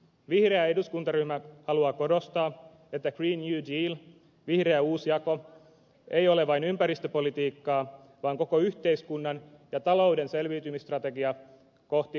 vihreä eduskuntaryhmä haluaa korostaa että green new deal vihreä uusjako ei ole vain ympäristöpolitiikkaa vaan koko yhteiskunnan ja talouden selviytymisstrategia kohti uutta hyvinvointia